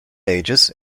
ages